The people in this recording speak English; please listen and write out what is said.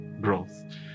growth